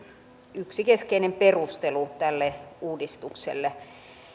yksi keskeinen perustelu tälle uudistukselle